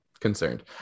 concerned